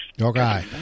Okay